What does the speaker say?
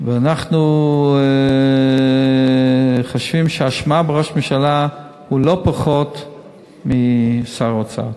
ואנחנו חושבים שהאשמה היא בראש הממשלה לא פחות מאשר בשר האוצר.